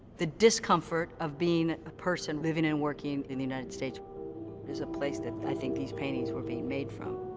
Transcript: the discomfort of being a person living and working in the united states is a place that, i think, these paintings were being made from.